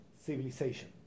civilization